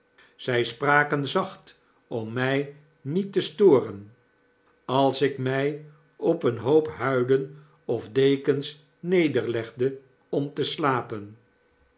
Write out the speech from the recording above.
zy spraken zacht om mij niet te storen als ik my op een hoop huiden of dekens nederlegde om te slapen